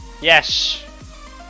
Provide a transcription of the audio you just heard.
Yes